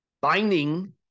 Binding